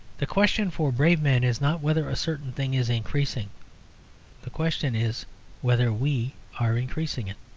the question for brave men is not whether a certain thing is increasing the question is whether we are increasing it.